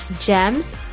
GEMS